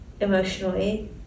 emotionally